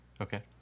Okay